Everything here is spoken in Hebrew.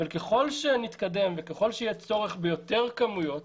אבל ככל שנתקדם ויהיה צורך בכמויות